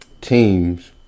teams